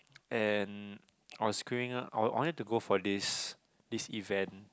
and I was queuing up I I wanted go for this this event